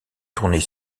tournées